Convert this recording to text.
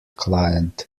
client